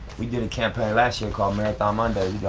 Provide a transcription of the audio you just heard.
we did a campaign last year called marathon monday,